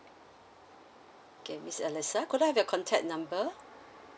okay miss alisa could I have your contact number